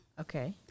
Okay